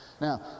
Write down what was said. Now